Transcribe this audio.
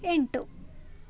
ಎಂಟು